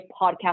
podcast